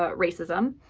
ah racism.